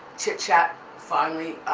chit chat finally,